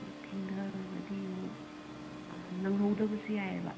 ꯑꯗ ꯊꯦꯡꯗꯈ꯭ꯔꯒꯗꯤ ꯑꯃꯨꯛ ꯅꯪꯍꯧꯗꯕꯁꯨ ꯌꯥꯏꯕ